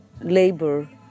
labor